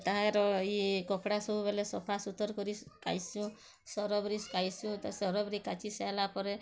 ତା'ର ଇଏ କପଡ଼ା ସବୁବେଲେ ସଫାସୁତର୍ କରି ସୁକାଇସୁଁ ସରବ୍ରେ ସୁକାଇଁସୁଁ ତ ସରବ୍ରେ କାଚି ସାଇଲା ପରେ